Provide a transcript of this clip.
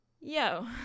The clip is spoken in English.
yo